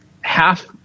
half